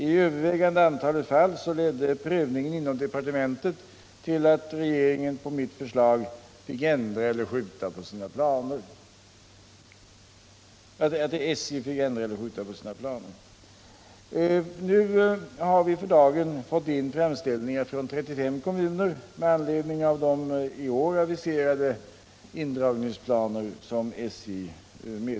I övervägande antalet fall — på järnvägssträckan ledde prövningen inom departementet till att SJ på mitt förslag fick ändra — Göteborg-Alvesta, eller skjuta på sina planer. m.m. För dagen har vi framställningar från 35 kommuner inne med anledning av SJ:s i år meddelade indragningsplaner.